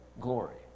glory